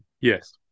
yes